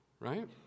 right